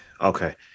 okay